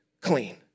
clean